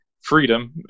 freedom